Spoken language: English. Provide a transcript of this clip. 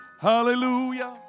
hallelujah